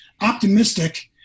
optimistic